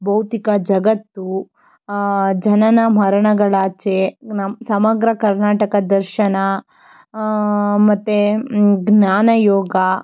ಭೌತಿಕ ಜಗತ್ತು ಜನನ ಮರಣಗಳಾಚೆ ನಮ್ಮ ಸಮಗ್ರ ಕರ್ನಾಟಕ ದರ್ಶನ ಮತ್ತು ಜ್ಞಾನಯೋಗ